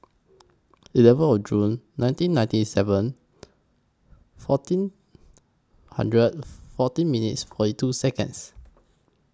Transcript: eleven Or June nineteen ninety seven fourteen hundred fourteen minutes forty two Seconds